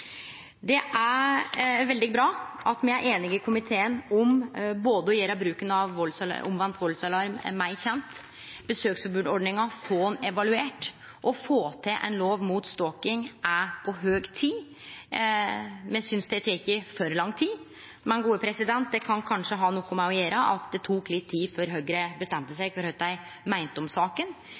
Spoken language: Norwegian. Det er veldig bra at me er einige i komiteen om å gjere bruken av omvendt valdsalarm meir kjend, få besøksforbodordninga evaluert og å få til ei lov mot stalking – det er på høg tid. Me synest det har teke for lang tid, men det kan kanskje ha noko med å gjere at det tok litt tid før Høgre bestemde seg for kva dei meinte om saka.